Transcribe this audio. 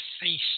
face